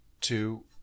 two